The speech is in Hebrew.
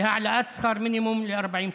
להעלאת שכר מינימום ל-40 שקל.